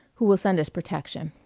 who will send us protection.